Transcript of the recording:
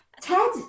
ted